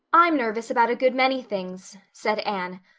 i'm nervous about a good many things, said anne,